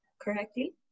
correctly